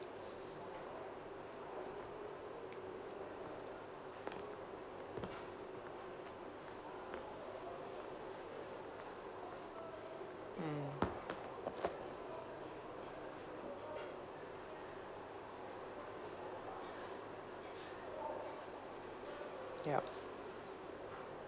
mm yup